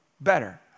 better